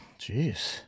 jeez